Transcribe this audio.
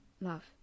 love